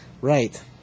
Right